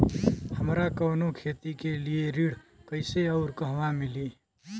हमरा कवनो खेती के लिये ऋण कइसे अउर कहवा मिली?